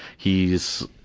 he's.